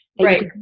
Right